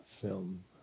film